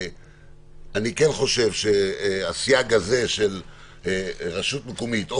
אני כן חושב שהסייג הזה של רשות מקומית או